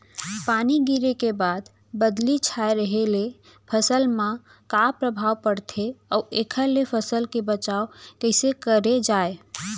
पानी गिरे के बाद बदली छाये रहे ले फसल मा का प्रभाव पड़थे अऊ एखर ले फसल के बचाव कइसे करे जाये?